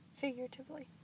figuratively